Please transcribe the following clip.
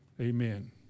Amen